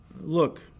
look